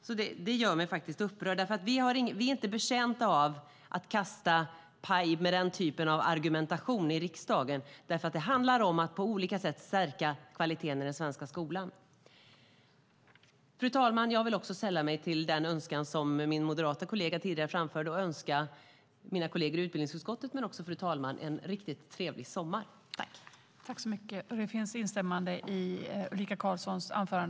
Anklagelsen gör mig upprörd. Vi är inte betjänta av pajkastning med den typen av argumentation i riksdagen, för det handlar om att på olika sätt stärka kvaliteten i den svenska skolan. Fru talman! Jag sällar mig till den önskan som min moderate kollega framförde tidigare och önskar mina kolleger i utbildningsutskottet och fru talmannen en riktigt trevlig sommar. I detta anförande instämde Annika Eclund .